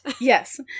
Yes